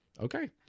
okay